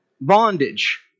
bondage